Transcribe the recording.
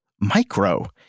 Micro